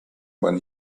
when